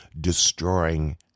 destroying